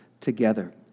together